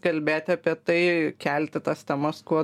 kalbėti apie tai kelti tas temas kuo